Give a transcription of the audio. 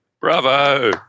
Bravo